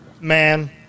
man